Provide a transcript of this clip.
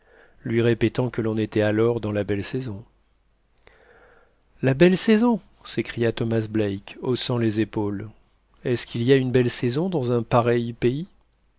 lui répétant que l'on était alors dans la belle saison la belle saison s'écria thomas black haussant les épaules estce qu'il y a une belle saison dans un pareil pays